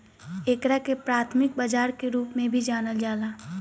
एकरा के प्राथमिक बाजार के रूप में भी जानल जाला